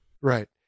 Right